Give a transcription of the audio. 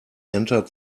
entered